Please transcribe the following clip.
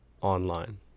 online